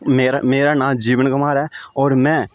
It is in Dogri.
मेरा मेरा नांऽ जीवन कमार ऐ होर में